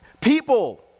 people